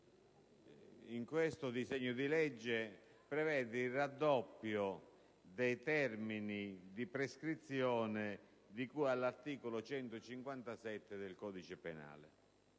in questo disegno di legge prevede il raddoppio dei termini di prescrizione di cui all'articolo 157 del codice penale